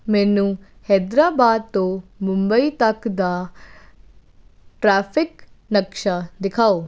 ਮੈਨੂੰ ਹੈਦਰਾਬਾਦ ਤੋਂ ਮੁੰਬਈ ਤੱਕ ਦਾ ਟ੍ਰੈਫਿਕ ਨਕਸ਼ਾ ਦਿਖਾਓ